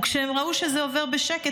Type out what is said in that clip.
וכשהם ראו שזה עובר בשקט,